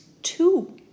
Two